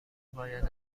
باید